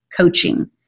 coaching